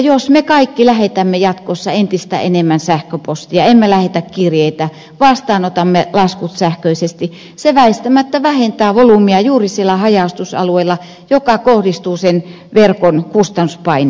jos me kaikki lähetämme jatkossa entistä enemmän sähköpostia emmekä lähetä kirjeitä vas taanotamme laskut sähköisesti se väistämättä vähentää volyymia juuri siellä haja asutusalueilla mikä kohdistuu sen verkon kustannuspaineisiin